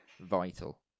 vital